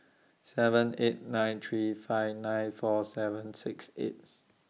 seven eight nine three five nine four seven six eight